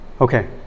Okay